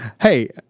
hey